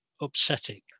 upsetting